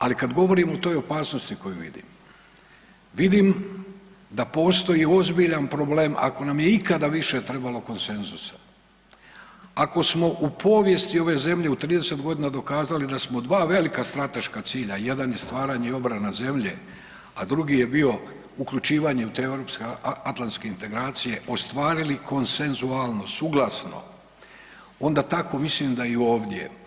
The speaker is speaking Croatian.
Ali kad govorim o toj opasnosti koju vidim, vidim da postoji ozbiljan problem ako nam je ikada više trebalo konsenzusa, ako smo u povijesti ove zemlje u 30.g. dokazali da smo dva velika strateška cilja, jedan je stvaranje i obrana zemlje, a drugi je bio uključivanje u te europske atlantske integracije ostvarili konsensualno suglasno onda tako mislim da je i ovdje.